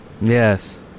Yes